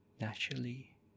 naturally